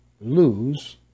lose